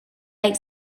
light